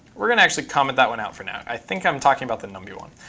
we're going to actually comment that one out for now. i think i'm talking about the numby one.